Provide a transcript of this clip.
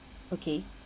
okay